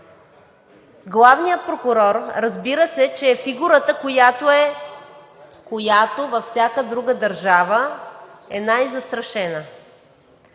Главният прокурор, разбира се, че е фигурата, която във всяка друга държава е най-застрашена.